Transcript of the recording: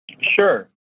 sure